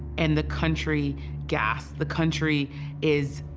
and the country gasps. the country is,